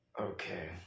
Okay